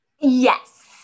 Yes